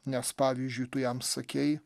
nes pavyzdžiui tu jam sakei